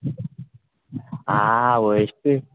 आवय शी